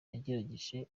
yagerageje